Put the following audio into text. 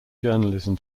journalism